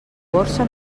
borsa